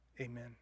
Amen